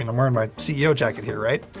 and i'm wearing my ceo jacket, here, right?